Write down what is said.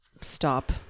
stop